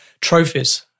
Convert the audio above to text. trophies